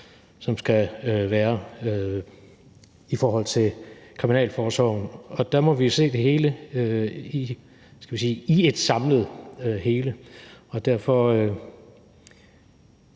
der skal være i forhold til kriminalforsorgen, og der må vi se det hele, skal vi sige i et samlet hele. Derfor